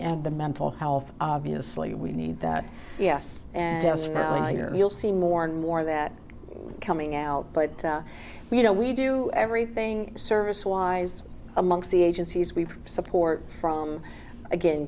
and the mental health obviously we need that yes and you'll see more and more of that coming out but you know we do everything service wise amongst the agencies we support from a